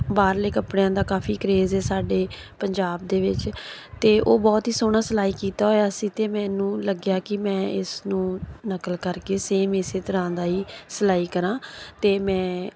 ਬਾਹਰਲੇ ਕੱਪੜਿਆਂ ਦਾ ਕਾਫ਼ੀ ਕਰੇਜ ਹੈ ਸਾਡੇ ਪੰਜਾਬ ਦੇ ਵਿੱਚ ਅਤੇ ਉਹ ਬਹੁਤ ਹੀ ਸੋਹਣਾ ਸਿਲਾਈ ਕੀਤਾ ਹੋਇਆ ਸੀ ਅਤੇ ਮੈਨੂੰ ਲੱਗਿਆ ਕਿ ਮੈਂ ਇਸਨੂੰ ਨਕਲ ਕਰਕੇ ਸੇਮ ਇਸੇ ਤਰ੍ਹਾਂ ਦਾ ਹੀ ਸਿਲਾਈ ਕਰਾਂ ਅਤੇ ਮੈਂ